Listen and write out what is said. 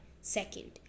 Second